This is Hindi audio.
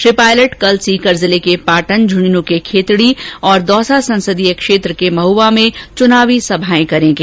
श्री पायलट कल सीकर जिले के पाटन झूंझुनू के खेतड़ी तथा दौसा संसदीय क्षेत्र के महुआ में चुनावी सभाएं करेंगे